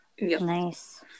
Nice